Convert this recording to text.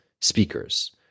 speakers